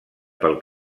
pel